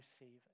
receive